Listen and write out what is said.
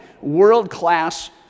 world-class